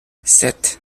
sept